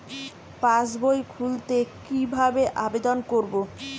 পাসবই খুলতে কি ভাবে আবেদন করব?